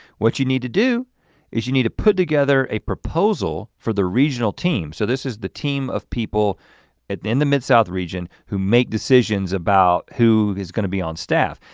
what you need to do is you need to put together a proposal for the regional team. so this is the team of people at the in the mid south region who make decisions about who is gonna be on staff.